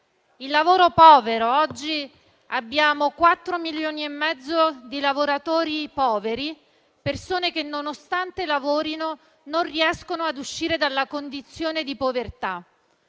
Il lavoro povero: oggi abbiamo 4,5 milioni di lavoratori poveri, persone che, nonostante lavorino, non riescono ad uscire dalla condizione di povertà.